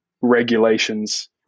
regulations